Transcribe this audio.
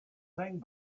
thing